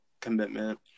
commitment